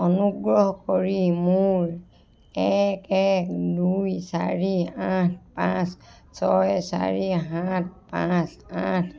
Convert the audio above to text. অনুগ্ৰহ কৰি মোৰ এক এক দুই চাৰি আঠ পাঁচ ছয় চাৰি সাত পাঁচ আঠ